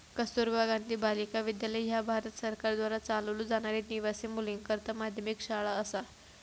कस्तुरबा गांधी बालिका विद्यालय ह्या भारत सरकारद्वारा चालवलो जाणारी निवासी मुलींकरता माध्यमिक शाळा असा